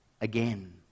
again